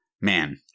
man